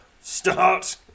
start